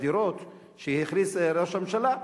לדירות שהכריז ראש הממשלה,